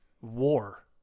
war